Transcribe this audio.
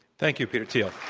thank you, peter thiel.